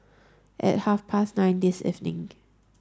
at half past nine this evening